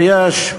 ויש,